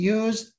use